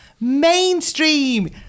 Mainstream